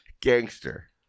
Gangster